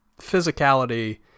physicality